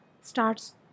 starts